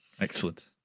Excellent